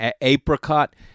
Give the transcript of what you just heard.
apricot